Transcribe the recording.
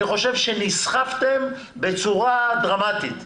אני חושב שנסחפתם בצורה דרמטית.